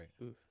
right